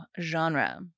genre